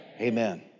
Amen